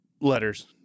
letters